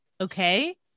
okay